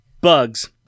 bugs